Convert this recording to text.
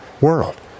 world